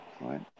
Right